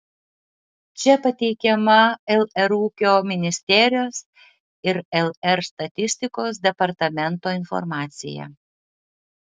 čia pateikiama lr ūkio ministerijos ir lr statistikos departamento informacija